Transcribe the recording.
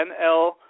NL